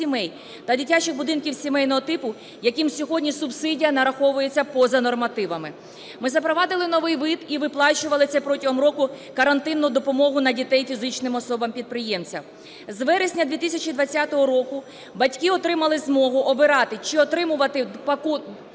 та дитячих будинків сімейного типу, яким сьогодні субсидія нараховується поза нормативами. Ми запровадили новий вид і виплачували це протягом року – карантинну допомогу на дітей фізичним особам-підприємцям. З вересня 2020 року батьки отримали змогу обирати, чи отримувати